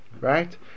right